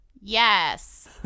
Yes